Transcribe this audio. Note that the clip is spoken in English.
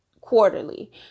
quarterly